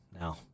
now